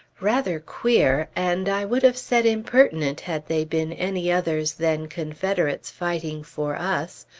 rather queer and i would have said impertinent had they been any others than confederates fighting for us,